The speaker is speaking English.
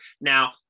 now